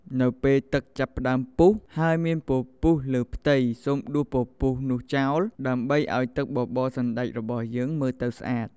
នៅពេលទឹកចាប់ផ្ដើមពុះ ហើយមានពពុះលើផ្ទៃ សូមដួសពពុះនោះចោល ដើម្បីឱ្យទឹកបបរសណ្តែករបស់យើងមើលទៅស្អាត។